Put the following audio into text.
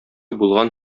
булган